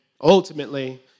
ultimately